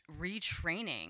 retraining